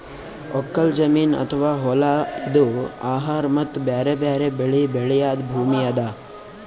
ಒಕ್ಕಲ್ ಜಮೀನ್ ಅಥವಾ ಹೊಲಾ ಇದು ಆಹಾರ್ ಮತ್ತ್ ಬ್ಯಾರೆ ಬ್ಯಾರೆ ಬೆಳಿ ಬೆಳ್ಯಾದ್ ಭೂಮಿ ಅದಾ